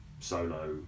solo